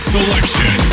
Selection